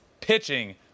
pitching